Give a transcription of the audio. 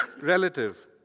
relative